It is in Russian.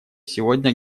сегодня